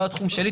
לא התחום שלי,